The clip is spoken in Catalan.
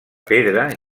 pedra